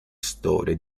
storie